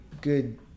good